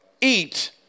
eat